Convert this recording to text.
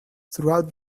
throughout